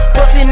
Pussy